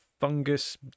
fungus